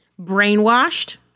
Brainwashed